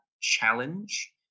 challenge